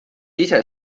ise